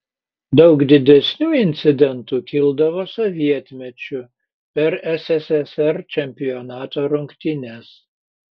daug didesnių incidentų kildavo sovietmečiu per sssr čempionato rungtynes